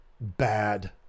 bad